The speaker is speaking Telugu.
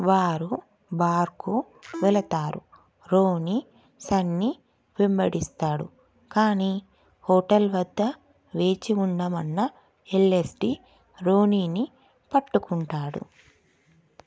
వారు బార్కు వెళతారు రోణీ సన్నీ వెంబడిస్తాడు కాని హోటల్ వద్ద వేచి ఉండమన్న ఎల్ఎస్డి రోణీని పట్టుకుంటాడు